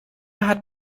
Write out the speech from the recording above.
hat